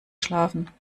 schlafen